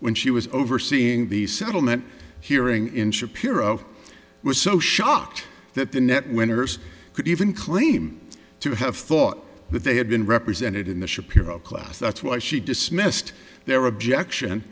when she was overseeing the settlement hearing in shapiro was so shocked that the net winners could even claim to have thought that they had been represented in the shapiro class that's why she dismissed their objection